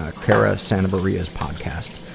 ah cara santa maria's podcast.